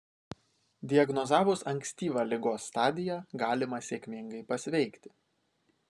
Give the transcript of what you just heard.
diagnozavus ankstyvą ligos stadiją galima sėkmingai pasveikti